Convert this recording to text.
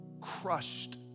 Crushed